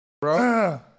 Bro